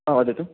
हा वदतु